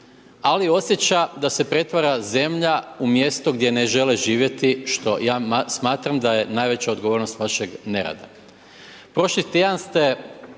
ali osjeća da se pretvara zemlja u mjesto gdje ne žele živjeti što ja smatram da je najveća odgovornost vašeg nerada.